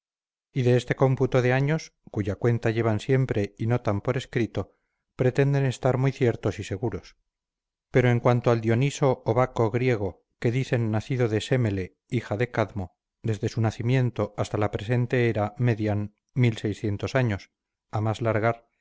y de este cómputo de años cuya cuenta llevan siempre y notan por escrito pretenden estar muy ciertos y seguros pero en cuanto al dioniso o baco griego que dicen nacido de sémele hija de cadmo desde su nacimiento hasta la presente era median años a más largar